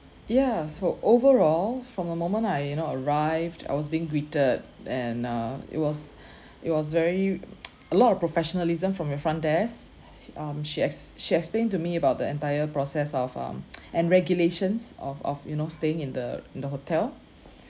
ya so overall from the moment I you know arrived I was being greeted and uh it was it was very a lot of professionalism from your front desk um she ex~ she explained to me about the entire process of um and and regulations of of you know staying in the in the hotel